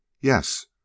Yes